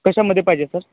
कशामध्ये पाहिजे सर